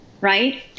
right